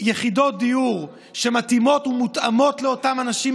יחידות דיור שמתאימות ומותאמות לאותם אנשים?